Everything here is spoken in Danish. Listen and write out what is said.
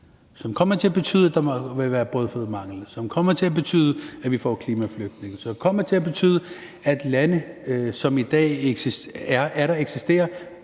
som kommer til at betyde, at der vil være fødevaremangel, som kommer til at betyde, at vi får klimaflygtninge, og som kommer til at betyde, at lande, som i dag eksisterer,